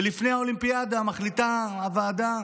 ולפני האולימפיאדה מחליטה הוועדה